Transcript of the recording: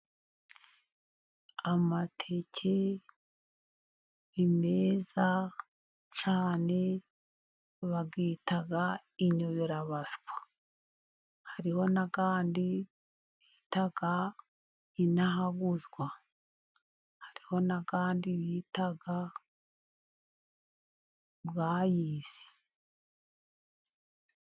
Amateke ni meza cyane, bayita inyemerabaswa, hariho n'ayandi bita inahabuzwa, hariho n'ayandi bita bwayisi.